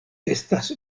estas